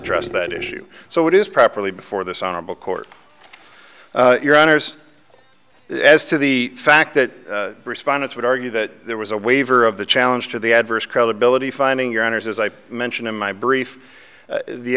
dress that issue so it is properly before this honorable court your honors as to the fact that respondents would argue that there was a waiver of the challenge to the adverse credibility finding your honour's as i mentioned in my brief the